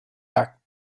back